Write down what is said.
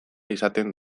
izaten